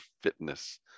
fitness